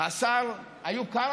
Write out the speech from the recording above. השר איוב קרא,